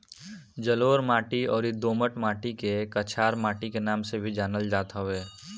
जलोढ़ माटी अउरी दोमट माटी के कछार माटी के नाम से भी जानल जात हवे